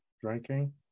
Drinking